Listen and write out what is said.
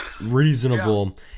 reasonable